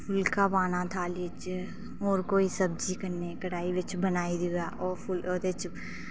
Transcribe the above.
फुल्का पाना थाली च होर कोई सब्जी कन्नै कढ़ाई बिच्च बनाई दी होवे ओह्दे च